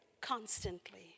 constantly